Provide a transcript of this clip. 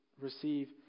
receive